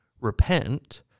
repent